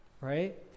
right